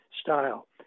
style